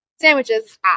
sandwiches